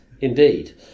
indeed